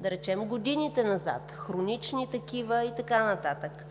да речем, годините назад, хронични такива и така нататък.